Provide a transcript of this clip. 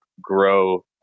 grow